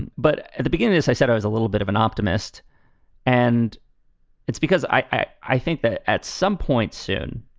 and but at the beginning, as i said, i was a little bit of an optimist and it's because i i i think that at some point soon,